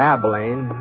Abilene